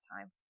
time